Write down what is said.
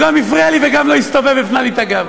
הוא גם הפריע לי וגם לא הסתובב, הפנה לי את הגב.